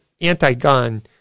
anti-gun